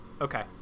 Okay